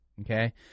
okay